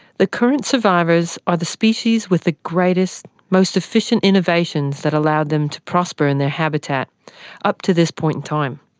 the current survivors are the species with the greatest, most efficient innovations that allowed them to prosper in their habitat up to this point in time.